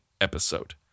episode